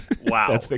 wow